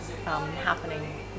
Happening